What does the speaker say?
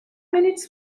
minutes